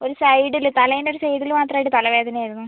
ഒരു സൈഡിൽ തലേൻ്റെ ഒരു സൈഡിൽ മാത്രമായിട്ട് തല വേദനയായിരുന്നു